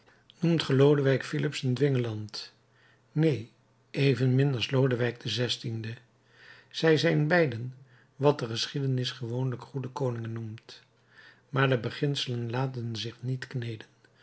lodewijk filips een dwingeland neen evenmin als lodewijk xvi zij zijn beiden wat de geschiedenis gewoonlijk goede koningen noemt maar de beginselen laten zich niet kneeden